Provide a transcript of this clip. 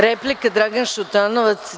Replika, Dragan Šutanovac.